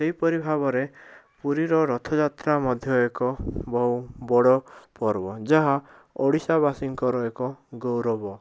ସେହିପରି ଭାବରେ ପୁରୀର ରଥଯାତ୍ରା ମଧ୍ୟ ଏକ ବହୁତ ବଡ଼ ପର୍ବ ଯାହା ଓଡ଼ିଶାବାସୀଙ୍କର ଏକ ଗୌରବ